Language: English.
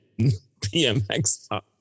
PMX